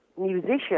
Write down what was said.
musician